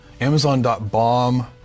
Amazon.bomb